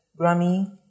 Grammy